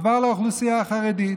עבר לאוכלוסייה החרדית.